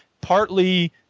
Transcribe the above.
partly